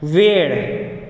वेळ